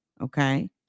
okay